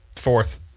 Fourth